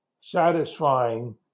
satisfying